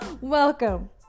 welcome